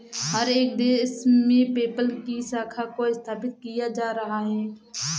हर एक देश में पेपल की शाखा को स्थापित किया जा रहा है